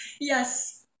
Yes